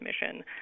Mission